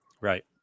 Right